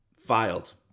filed